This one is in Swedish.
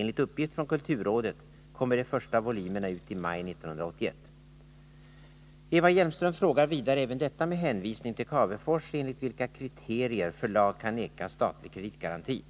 Enligt uppgift från kulturrådet kommer de första volymerna ut i maj 1981. Eva Hjelmström frågar vidare — även detta med hänvisning till Cavefors — enligt vilka kriterier förlag kan nekas statlig kreditgaranti.